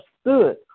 stood